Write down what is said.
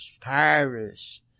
Paris